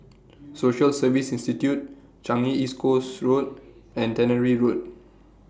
Social Service Institute Changi Coast Road and Tannery Road